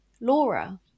Laura